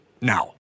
now